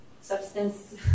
substance